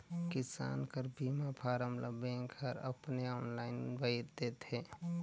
किसान कर बीमा फारम ल बेंक हर अपने आनलाईन भइर देथे